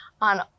on